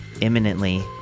imminently